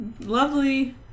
lovely